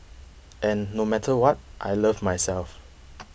and no matter what I love myself